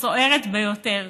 הסוערת ביותר